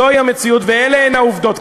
זוהי המציאות ואלה הן העובדות.